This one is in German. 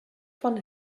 von